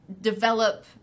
develop